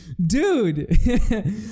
dude